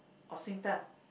or Singtel